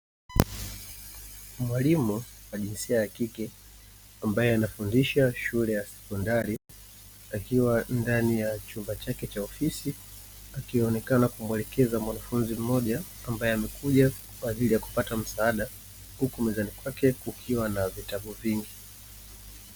Mwalimu wa jinsia ya kike ambaye anafundisha shule ya sekondari akiwa ndani ya chumba chake cha ofisi akionekana kumuelekeza mwanafunzi mmoja ambaye amekuja kwa ajili ya kupata msaada, huku mezani kwake kukiwa na vitabu vingi.